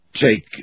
take